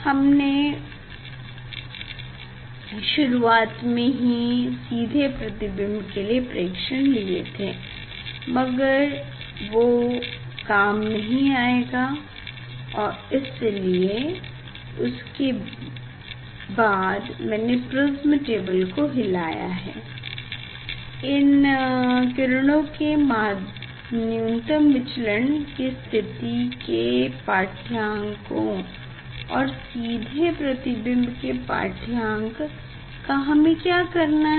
हमने शुरुआत में ही सीधे प्रतिबिंब के लिए प्रेक्षण लिए थे मगर वो काम नहीं आएगा क्योकि उसके बाद मैने प्रिस्म टेबल को हिलाया है इन किरणों के न्यूनतम विचलन की स्थिति के पाढ्यांकों और सीधे प्रतिबिंब के पाढ़यांक का हमे क्या करना है